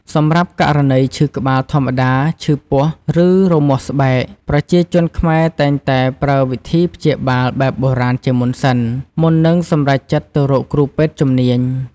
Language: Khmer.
សម្រាប់ករណីឈឺក្បាលធម្មតា ឈឺពោះ ឬរមាស់ស្បែក ប្រជាជនខ្មែរតែងតែប្រើវិធីព្យាបាលបែបបុរាណជាមុនសិន មុននឹងសម្រេចចិត្តទៅរកគ្រូពេទ្យជំនាញ។